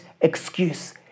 excuse